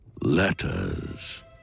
letters